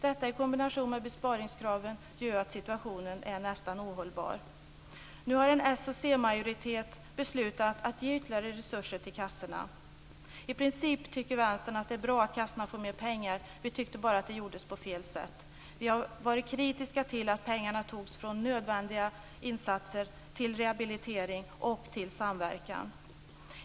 Detta i kombination med besparingskraven gör att situationen är nästan ohållbar. Nu har en majoritet bestående av Socialdemokraterna och Centern beslutat att ge ytterligare resurser till kassorna. I princip tycker Vänstern att det är bra att kassorna får mer pengar. Vi tyckte bara att det gjordes på fel sätt. Vi har varit kritiska till att pengarna togs från nödvändiga insatser till rehabilitering och samverkan.